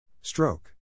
stroke